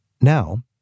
Now